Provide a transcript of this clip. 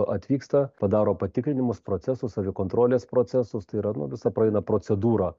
atvyksta padaro patikrinimus procesus ar jų kontrolės procesus tai yra nu visą praeina procedūrą